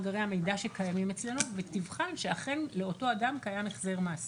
מכל מאגרי המידע שקיימים אצלנו ותבחן שאכן לאותו אדם קיים החזר מס.